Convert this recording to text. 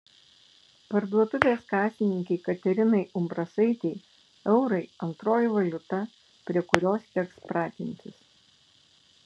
parduotuvės kasininkei katerinai umbrasaitei eurai antroji valiuta prie kurios teks pratintis